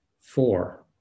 four